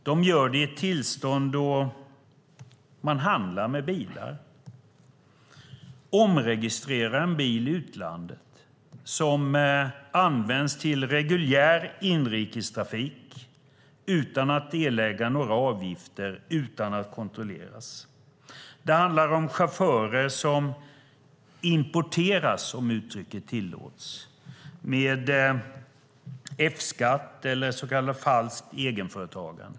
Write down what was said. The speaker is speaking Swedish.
Tillståndet är nu sådant att man handlar med bilar och omregistrerar bilar i utlandet som används till reguljär inrikestrafik utan att erlägga några avgifter och utan att kontrolleras. Det handlar om chaufförer som importeras, om uttrycket tillåts, med F-skatt eller så kallat falskt egenföretagande.